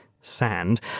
sand